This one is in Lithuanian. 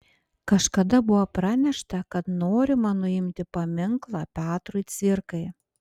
kažkada buvo pranešta kad norima nuimti paminklą petrui cvirkai